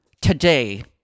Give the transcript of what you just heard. today